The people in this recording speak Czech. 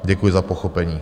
Děkuji za pochopení.